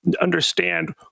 understand